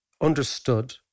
understood